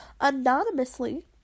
anonymously